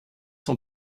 son